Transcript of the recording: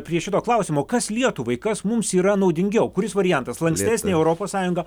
prie šito klausimo kas lietuvai kas mums yra naudingiau kuris variantas lankstesnė europos sąjunga